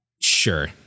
Sure